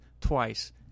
twice